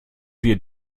wir